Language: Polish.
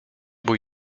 bój